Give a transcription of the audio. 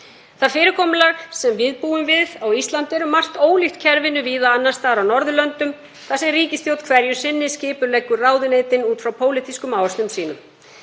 Það fyrirkomulag sem við búum við á Íslandi er um margt ólíkt kerfinu víða annars staðar á Norðurlöndum þar sem ríkisstjórn hverju sinni skipuleggur ráðuneytin út frá pólitískum áherslum sínum.